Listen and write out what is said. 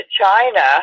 China